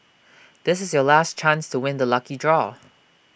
this is your last chance to win the lucky draw